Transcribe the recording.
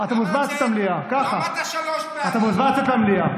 אתה מוזמן לצאת מהמליאה.